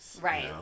Right